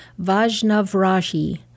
Vajnavrashi